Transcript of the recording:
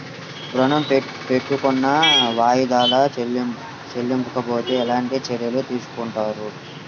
ఋణము పెట్టుకున్న వాయిదాలలో చెల్లించకపోతే ఎలాంటి చర్యలు తీసుకుంటారు?